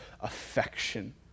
affection